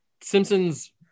Simpsons